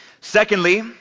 Secondly